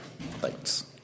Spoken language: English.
Thanks